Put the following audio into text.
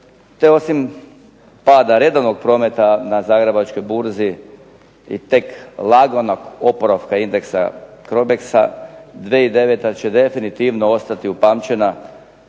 te osim pada redovnog prometa na zagrebačkoj burzi i tek laganog oporavka indeksa CROBEX-a 2009. će definitivno ostati upamćena